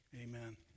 Amen